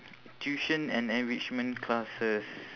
tuition and enrichment classes